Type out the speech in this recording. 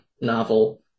novel